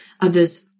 others